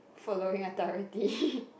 following authority